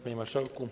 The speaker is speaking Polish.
Panie Marszałku!